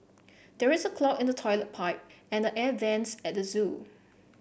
there is a clog in the toilet pipe and the air vents at the zoo